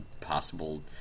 possible